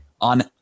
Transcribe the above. on